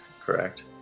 correct